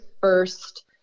first